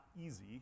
easy